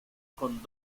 con